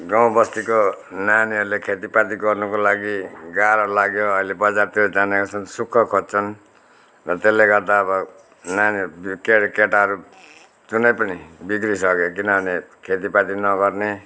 गाउँ बस्तीको नानीहरूले खेतीपाती गर्नुको लागि गाह्रो लाग्यो अहिले बजारतिर जाने गर्छन् सुख खोज्छन् र त्यसले गर्दा अब नानीहरू के अरे केटाहरू जुनै पनि बिग्रिसक्यो किनभने खेतीपाती नगर्ने